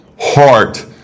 heart